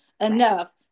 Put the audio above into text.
enough